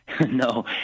No